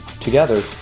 Together